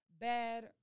bad